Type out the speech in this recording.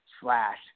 Slash